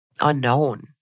unknown